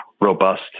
robust